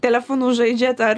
telefonu žaidžiat ar